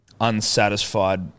unsatisfied